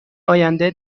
آینده